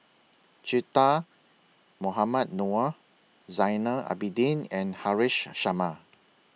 Che Dah Mohamed Noor Zainal Abidin and Haresh Sharma